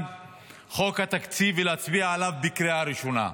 חוק התקציב ולהצביע עליו בקריאה ראשונה.